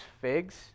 figs